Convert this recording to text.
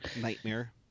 nightmare